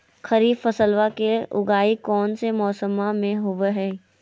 खरीफ फसलवा के उगाई कौन से मौसमा मे होवय है?